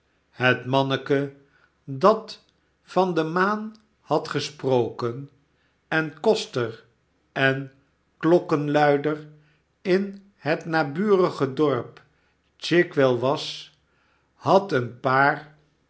het manneke dat van de maan had gesproken en koster en klokkenluider in het naburige dorp chigwell was had een paar